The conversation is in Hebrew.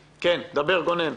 כן, דבר, גונן.